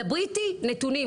דברי איתי נתונים.